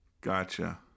Gotcha